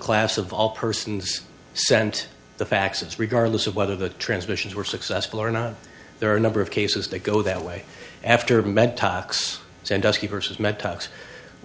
class of all persons sent the faxes regardless of whether the transmissions were successful or not there are a number of cases that go that way after meant tox sandusky versus met tox